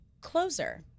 closer